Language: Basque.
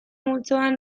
multzoan